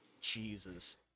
jesus